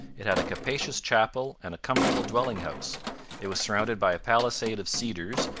it had a capacious chapel and a comfortable dwelling-house it was surrounded by a palisade of cedars,